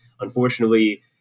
unfortunately